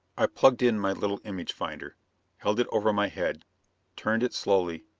i plugged in my little image finder held it over my head turned it slowly.